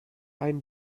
ein